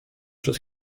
przez